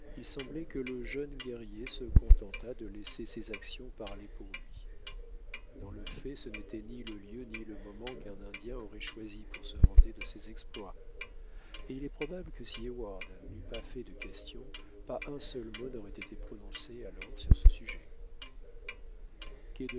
il semblait que le jeune guerrier se contentât de laisser ses actions parler pour lui dans le fait ce n'était ni le lieu ni le moment qu'un indien aurait choisi pour se vanter de ses exploits et il est probable que si heyward n'eût pas fait de questions pas un seul mot n'aurait été prononcé alors sur ce sujet